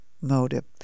motive